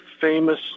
famous